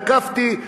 תקפתי,